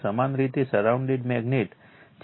સમાન રીતે surrounded magnet છે